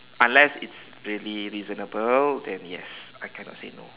unless it's really reasonable then yes I cannot say no